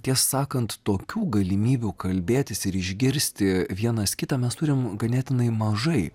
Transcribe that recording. tiesą sakant tokių galimybių kalbėtis ir išgirsti vienas kitą mes turim ganėtinai mažai